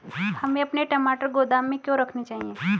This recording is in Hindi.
हमें अपने टमाटर गोदाम में क्यों रखने चाहिए?